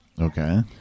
Okay